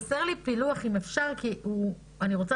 חסר לי פילוח אם אפשר כי אני רוצה